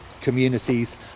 communities